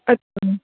ਅੱਛਾ